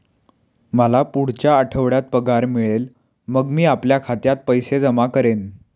मला पुढच्या आठवड्यात पगार मिळेल मग मी आपल्या खात्यात पैसे जमा करेन